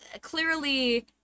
clearly